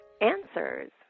Answers